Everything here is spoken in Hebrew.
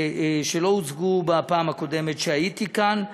שלא הוצגו בפעם הקודמת שהייתי כאן.